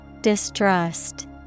Distrust